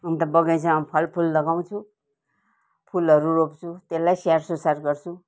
अन्त बगैँचामा फलफुल लगाउँछु फुलहरू रोप्छु त्यसलाई स्याहारसुसार गर्छु